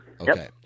Okay